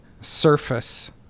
surface